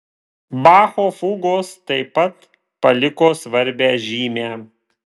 bacho fugos taip pat paliko svarbią žymę